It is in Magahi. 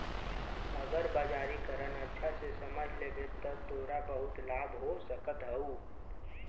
अगर बाजारीकरण अच्छा से समझ लेवे त तोरा बहुत लाभ हो सकऽ हउ